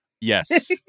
Yes